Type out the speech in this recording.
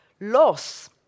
loss